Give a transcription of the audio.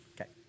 Okay